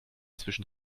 zwischen